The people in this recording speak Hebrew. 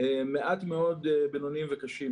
מעט מאוד בינוניים וקשים.